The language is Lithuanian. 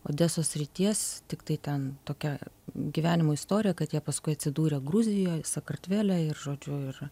odesos srities tiktai ten tokia gyvenimo istorija kad jie paskui atsidūrė gruzijoj sakartvele ir žodžiu ir